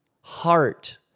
heart